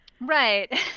Right